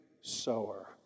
sower